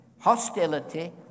hostility